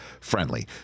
friendly